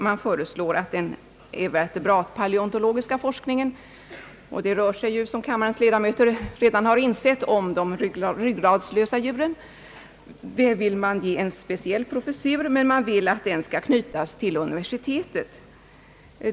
Man vill ge den evertebratpaleontologiska forskningen — det rör sig som kammarens ledamöter redan har insett om de ryggradslösa djuren — en speciell professur, men man vill att den skall knytas till universitet.